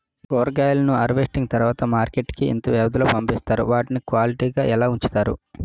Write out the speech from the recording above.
కూరగాయలను హార్వెస్టింగ్ తర్వాత మార్కెట్ కి ఇంత వ్యవది లొ పంపిస్తారు? వాటిని క్వాలిటీ గా ఎలా వుంచుతారు?